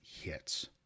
hits